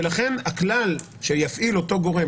ולכן הכלל שיפעיל אותו גורם,